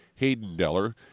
Haydendeller